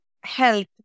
health